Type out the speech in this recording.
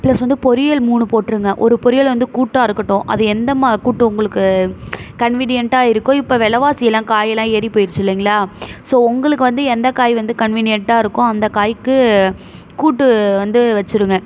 plus வந்து பொரியல் மூணு போட்டுருங்க ஒரு பொரியல் வந்து கூட்டாக இருக்கட்டும் அது எந்த கூட்டு உங்களுக்கு கன்வீனியன்ட்டாக இருக்கோ இப்போ வெலைவாசியெல்லாம் காயல்லாம் ஏறிப்போயிடுச்சு இல்லைங்களா ஸோ உங்களுக்கு வந்து எந்த காய் வந்து கன்வீனியன்ட்டாக இருக்கோ அந்த காய்க்கு கூட்டு வந்து வெச்சிடுங்க